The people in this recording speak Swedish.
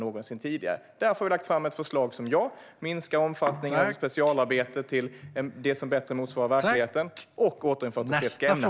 Därför har vi lagt fram ett förslag som minskar omfattningen av ett specialarbete till det som bättre motsvarar verkligheten och återinför de estetiska ämnena.